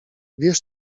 wiesz